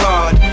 God